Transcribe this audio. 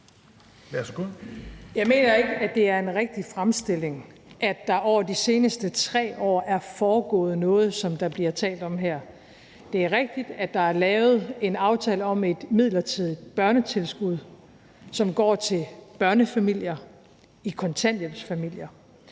Jeg mener ikke, det er en rigtig fremstilling, at der over de seneste 3 år er foregået noget som det, der bliver talt om her. Det er rigtigt, at der er blevet lavet en aftale om et midlertidigt børnetilskud, som går til børnefamilier, der er kontanthjælpsfamilier.